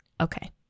Okay